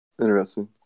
interesting